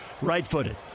Right-footed